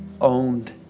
owned